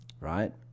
Right